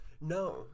No